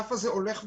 הענף הזה הולך וקורס,